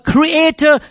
Creator